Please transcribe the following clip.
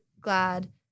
glad